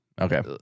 Okay